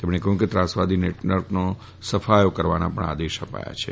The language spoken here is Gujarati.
તેમણે કહયું કે ત્રાસવાદી નેટવર્કનો સફાયો કરવાના આદેશ અપાયા છે